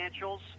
financials